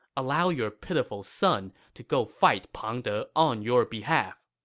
allow your pitiful son to go fight pang de on your behalf.